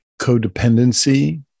codependency